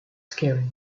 scary